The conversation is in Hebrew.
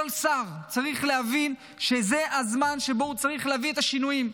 כל שר צריך להבין שזה הזמן שבו הוא צריך להביא את השינויים.